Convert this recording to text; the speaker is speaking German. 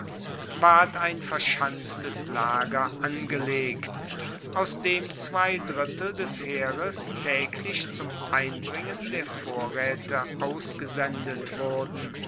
ward ein verschanztes lager angelegt aus dem zwei drittel des heeres taeglich zum einbringen der vorraete ausgesendet wurden